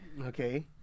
Okay